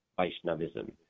Vaishnavism